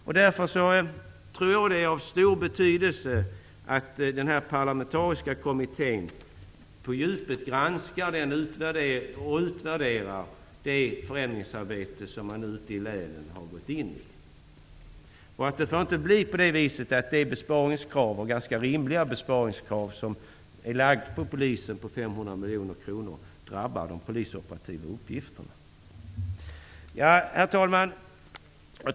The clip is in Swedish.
Jag tror därför att det är av stor betydelse att den här parlamentariska kommittén på djupet granskar och utvärderar det förändringsarbete som man nu har gått in i ute i länen. Det får inte bli på det viset att det ganska rimliga besparingskrav om 500 miljoner kronor som är lagt på polisen drabbar de polisoperativa uppgifterna. Herr talman!